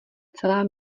celá